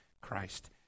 Christ